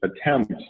attempt